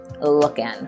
looking